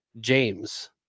James